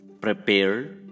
prepare